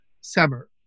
summer